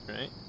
Right